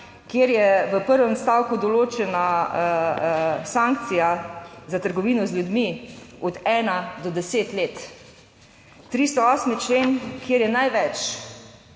kjer je v prvem odstavku določena sankcija za trgovino z ljudmi od 1 do 10 let, 308. člen, kjer je največ